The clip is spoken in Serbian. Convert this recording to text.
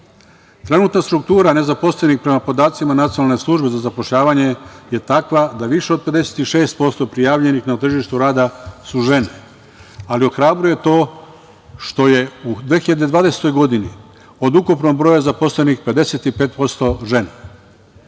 struktura nezaposlenih prema podacima Nacionalne službe za zapošljavanje je takva da više od 56% prijavljenih na tržištu rada su žene, ali ohrabruje to što je u 2020. godini od ukupnog broja zaposlenih 55% su